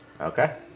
Okay